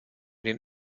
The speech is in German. den